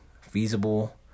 feasible